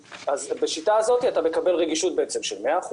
בשיטה הזאת אתה מקבל רגישות של 100%,